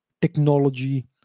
technology